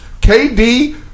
KD